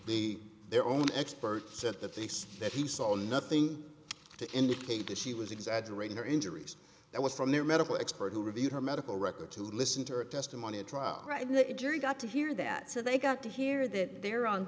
the their own expert said that they saw that he saw nothing to indicate that she was exaggerating her injuries that was from their medical expert who reviewed her medical record to listen to her testimony at trial right now it jury got to hear that so they got to hear that they're on